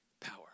power